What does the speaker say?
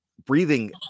breathing